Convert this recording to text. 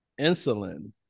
insulin